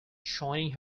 joining